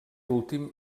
últim